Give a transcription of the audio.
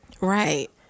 Right